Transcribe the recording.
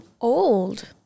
old